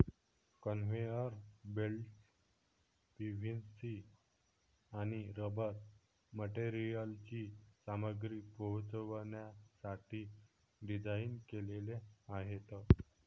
conveyor belts PVC आणि rubber मटेरियलची सामग्री पोहोचवण्यासाठी डिझाइन केलेले आहेत